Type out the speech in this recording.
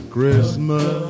Christmas